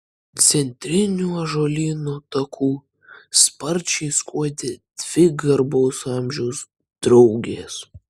centriniu ąžuolyno taku sparčiai skuodė dvi garbaus amžiaus draugės